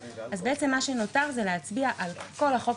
אז בעצם מה שנותר זה להצביע על כל החוק בכללותו,